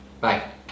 bye